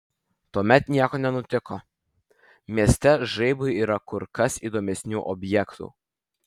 tuomet nieko nenutiko mieste žaibui yra kur kas įdomesnių objektų